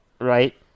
right